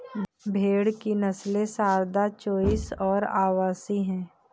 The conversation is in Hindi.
भेड़ की नस्लें सारदा, चोइस और अवासी हैं